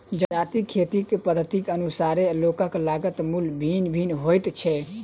जजातिक खेती पद्धतिक अनुसारेँ ओकर लागत मूल्य भिन्न भिन्न होइत छै